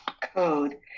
code